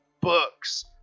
books